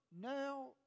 now